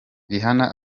rihanna